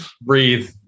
Breathe